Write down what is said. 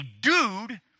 dude